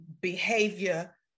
behavior